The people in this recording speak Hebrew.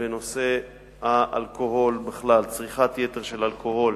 בנושא האלכוהול בכלל, צריכת יתר של אלכוהול